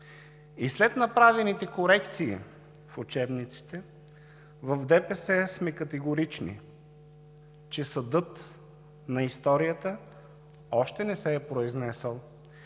След направените корекции в учебниците в ДПС сме категорични, че съдът на историята още не се е произнесъл